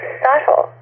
subtle